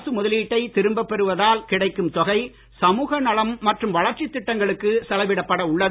அரசு முதலீட்டை திரும்ப பெறுவதால் கிடைக்கும் தொகை சமூகநலம் மற்றும் வளர்ச்சி திட்டங்களுக்கு செலவிடப்பட உள்ளது